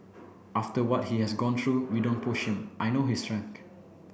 after what he has gone through we don't push him I know his strength